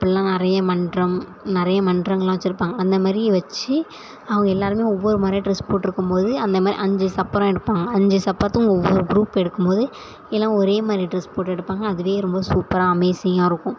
அப்பிடிலாம் நிறைய மன்றம் நிறைய மன்றங்கள்லாம் வெச்சுருப்பாங்க அந்த மாரி வெச்சி அவங்க எல்லோருமே ஒவ்வொரு மாதிரியா ட்ரெஸ் போட்டிருக்கும் போது அந்த மாரி அஞ்சு சப்பரம் எடுப்பாங்க அஞ்சு சப்பரத்துக்கும் ஒவ்வொரு க்ரூப் எடுக்கும்போது எல்லாம் ஒரே மாதிரி ட்ரெஸ் போட்டு எடுப்பாங்க அதுவே ரொம்ப சூப்பராக அமேஸிங்காக இருக்கும்